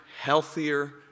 healthier